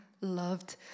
loved